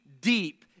deep